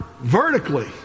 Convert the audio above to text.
vertically